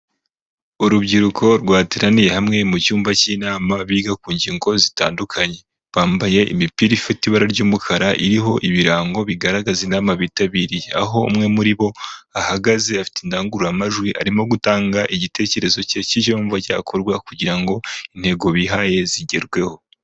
Urubyiruko rwateraniye hamwe mu cyumba cy'inama biga ku ngingo zitandukanye. Bambaye imipira ifite ibara ry'umukara iriho ibirango bigaragaza inama bitabiriye. Aho umwe muri bo ahagaze afite indangururamajwi arimo gutanga igitekerezo cye cy'icyo yumva cyakorwa kugira ngo intego bihaye zigerweho.